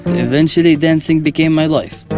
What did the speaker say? eventually dancing became my life